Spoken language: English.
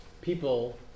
people